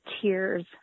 tears